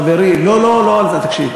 אדוני, חברי, לא, לא, לא על זה, תקשיב.